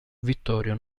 vittorio